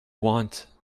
want